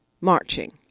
marching